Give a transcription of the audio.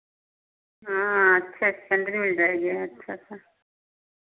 हाँ अच्छे सैंडिल मिल जाएगी अच्छा सा